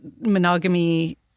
monogamy